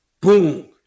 boom